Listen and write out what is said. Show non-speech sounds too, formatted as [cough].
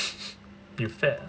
[laughs] you fat leh